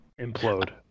implode